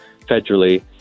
federally